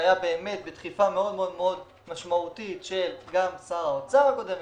בדחיפה מאוד מאוד משמעותית של שר האוצר הקודם,